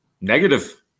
negative